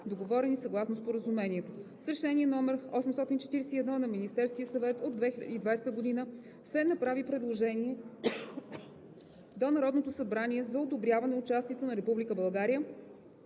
договорени съгласно Споразумението. С Решение № 841 на Министерския съвет от 2020 г. се направи предложение до Народното събрание за одобряване участието на